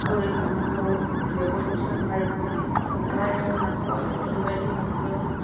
बोरै हमनांगौ बेफोरखौ सोंलायनानै खोन्थालायो नाखौ आङो ओरैबायदि हमदों